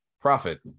profit